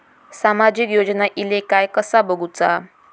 सामाजिक योजना इले काय कसा बघुचा?